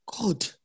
God